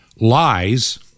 lies